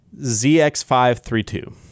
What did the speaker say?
ZX532